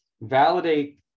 validate